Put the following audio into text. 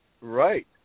Right